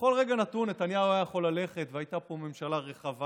בכל רגע נתון נתניהו יכול היה ללכת והייתה פה ממשלה רחבה,